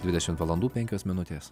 dvidešimt valandų penkios minutės